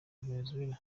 venezuela